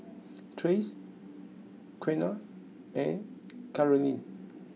Trace Qiana and Carolyne